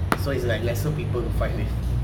so it's like lesser people to fight with